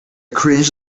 cringe